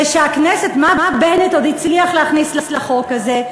מה בנט עוד הצליח להכניס לחוק הזה?